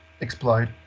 explode